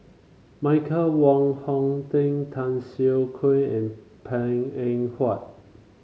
Michael Wong Hong Teng Tan Siah Kwee and Png Eng Huat